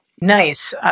Nice